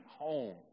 home